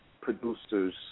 producers